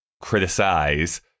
criticize